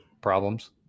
problems